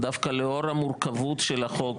דווקא לאור המורכבות של החוק